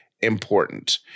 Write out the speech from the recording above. important